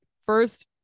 first